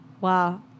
wow